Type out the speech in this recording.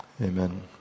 amen